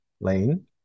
lane